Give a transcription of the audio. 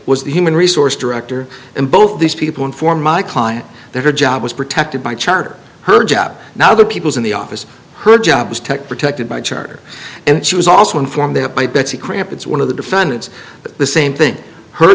was the human resource director and both of these people informed my client that her job was protected by charter her job now other people in the office her job was tech protected by charter and she was also informed by betsy crap it's one of the defendants but the same thing her